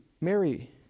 Mary